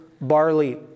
barley